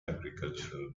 agricultural